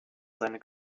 seine